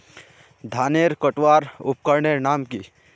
धानेर कटवार उपकरनेर नाम की?